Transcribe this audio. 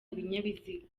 ibinyabiziga